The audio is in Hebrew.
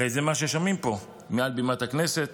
הרי זה מה ששומעים פה מעל בימת הכנסת,